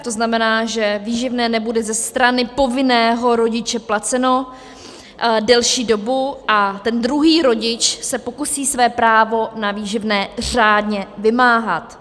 To znamená, že výživné nebude ze strany povinného rodiče placeno delší dobu a ten druhý rodič se pokusí své právo na výživné řádné vymáhat.